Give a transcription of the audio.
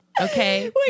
okay